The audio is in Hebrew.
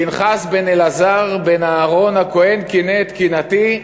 פנחס בן אלעזר בן אהרן הכהן קינא את קנאתי,